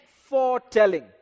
foretelling